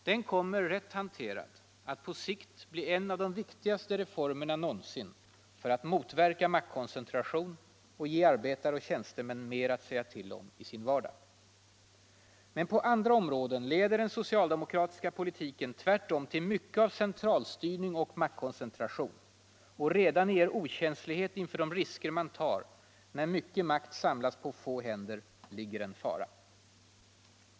Den kommer, rätt hanterad, att på sikt bli en av de viktigaste reformerna någonsin för att motverka maktkoncentration och ge arbetare och tjänstemän mer att säga till om i sin vardag. Men på andra områden leder den socialdemokratiska politiken tvärtom till mycket av centralstyrning och maktkoncentration. Redan i er okänslighet inför de risker man tar när mycket makt samlas på få händer ligger en fara.